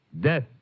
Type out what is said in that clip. Death